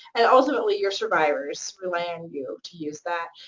and ultimately your survivors rely on you to use that.